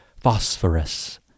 phosphorus